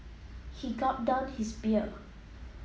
he gulped down his beer